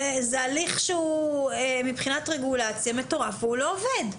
זה הליך שמבחינת רגולציה מטורף ולא עובד.